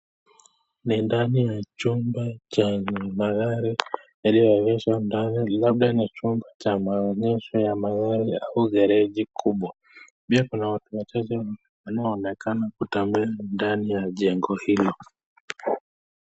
Ni ndani ya chumba ya magari, iliyoegeshwa, labda ni chumba ya maonyesho ya magari au fereji kubwa pia inaonekana Kuna watu wanaotembea ndani ya chumba hili